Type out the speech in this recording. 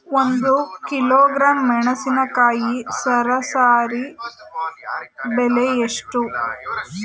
ಒಂದು ಕಿಲೋಗ್ರಾಂ ಮೆಣಸಿನಕಾಯಿ ಸರಾಸರಿ ಬೆಲೆ ಎಷ್ಟು?